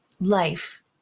life